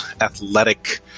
athletic